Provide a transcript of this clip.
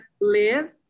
live